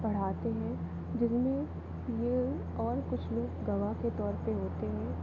पढ़ाते हैं जिनमें ये और कुछ लोग गवाह के तौर पर होते हैं